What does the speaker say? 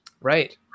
Right